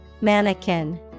Mannequin